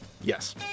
Yes